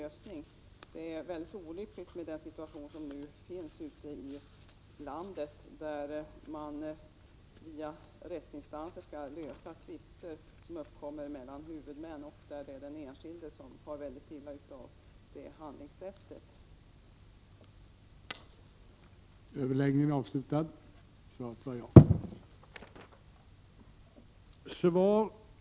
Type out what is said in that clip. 1987/88:44 väldigt olyckligt med den situation som nu råder ute i landet, då man via — 14 december 1987 rättsinstanser måste lösa tvister mellan huvudmän. Den enskilde far väldigt illa av ett sådant handlingssätt. Om ersättning för vård